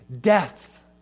death